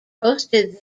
hosted